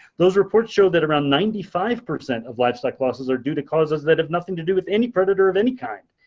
those reports show that around ninety five percent of livestock losses are due to causes that have nothing to do with any predator of any kind.